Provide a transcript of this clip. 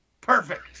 Perfect